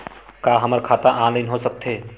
का हमर खाता ऑनलाइन हो सकथे?